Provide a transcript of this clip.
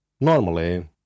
Normally